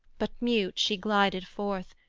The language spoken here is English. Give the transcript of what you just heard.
but mute she glided forth,